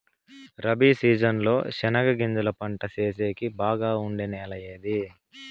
Rabi season లో చెనగగింజలు పంట సేసేకి బాగా ఉండే నెల ఏది?